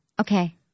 Okay